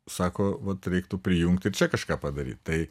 sako vat reiktų prijungti ir čia kažką padaryt tai